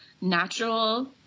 natural